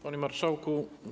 Panie Marszałku!